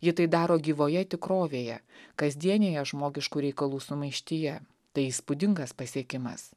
ji tai daro gyvoje tikrovėje kasdienėje žmogiškų reikalų sumaištyje tai įspūdingas pasiekimas